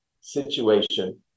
situation